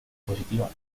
positiva